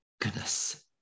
goodness